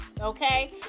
okay